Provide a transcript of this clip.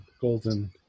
Golden